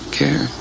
care